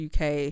UK